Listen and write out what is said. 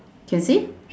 can see